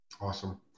Awesome